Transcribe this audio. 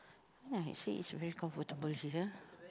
ya you see it's really comfortable see here